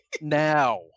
now